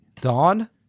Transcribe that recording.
Dawn